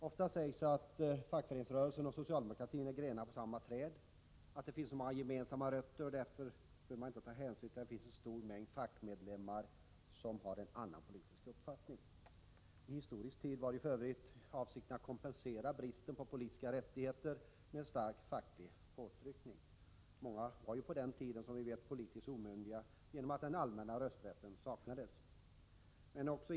Ofta sägs att fackföreningsrörelsen och socialdemokratin är grenar på samma träd, att det finns så många gemensamma rötter att man därför inte skulle behöva ta hänsyn till att det finns en stor mängd fackmedlemmar som har en annan politisk uppfattning. Historiskt var ju f.ö. avsikten att kompensera bristen på politiska rättigheter med starka fackliga påtryckningar. Många var ju på den tiden, som vi vet, politiskt omyndiga, eftersom allmän rösträtt saknades.